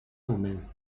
moment